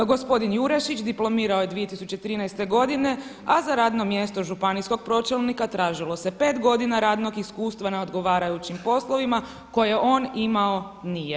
Gospodin Jurešić diplomirao je 2013. godine, a za radno mjesto županijskog pročelnika tražilo se 5 godina radnog iskustva na odgovarajućim poslovima koje on imao nije.